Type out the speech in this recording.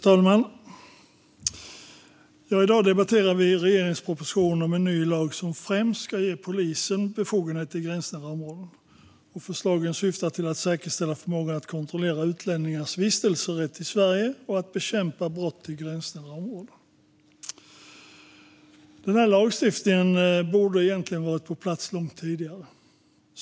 Fru talman! I dag debatterar vi regeringens proposition om en ny lag som främst ska ge polisen befogenheter i gränsnära områden. Förslagen syftar till att säkerställa förmågan att kontrollera utlänningars vistelserätt i Sverige och att bekämpa brott i gränsnära områden. Denna lagstiftning borde egentligen ha varit på plats långt tidigare.